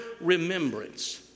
remembrance